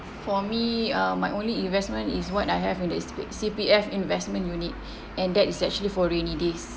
for me uh my only investment is what I have in the C_P C_P_F investment unit and that is actually for rainy days